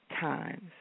times